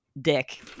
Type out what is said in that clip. dick